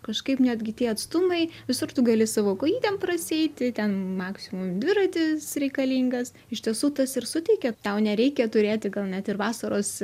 kažkaip netgi tie atstumai visur tu gali savo kojytėm prasieiti ten maksimum dviratis reikalingas iš tiesų tas ir suteikė tau nereikia turėti gal net ir vasaros